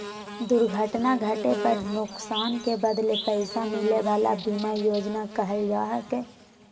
दुर्घटना घटे पर नुकसान के बदले पैसा मिले वला बीमा योजना कहला हइ